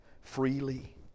freely